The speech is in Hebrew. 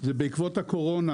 זה בעקבות הקורונה,